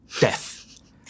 death